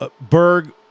Berg